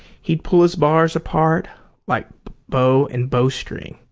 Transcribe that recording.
he'd pull his bars apart like bow and bow-string,